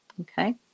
okay